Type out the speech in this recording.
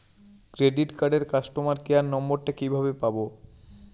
Credit কার্ডের customer care number টা কিভাবে পাবো?